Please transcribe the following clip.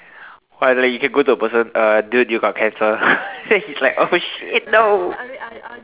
why like you can go to a person uh dude you got cancer then he's like oh shit no